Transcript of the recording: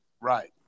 right